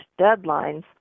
deadlines